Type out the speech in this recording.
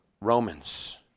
Romans